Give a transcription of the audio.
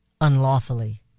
unlawfully